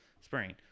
spraying